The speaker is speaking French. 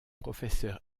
professeur